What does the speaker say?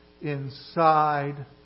Inside